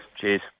Cheers